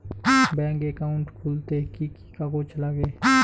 Bank account খুলতে কি কি কাগজ লাগে?